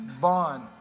bond